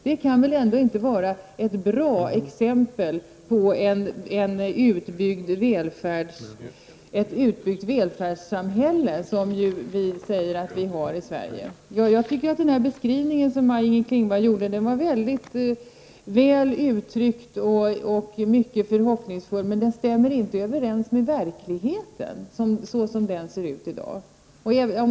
Detta kan väl ändå inte vara ett bra exempel på ett utbyggt välfärdssamhälle, vilket vi ju säger att vi har i Sverige? Den beskrivning som Maj-Inger Klingvall gjorde var mycket väl formulerad och mycket förhoppningsfull, men den stämmer inte överens med verkligheten såsom den ser ut i dag.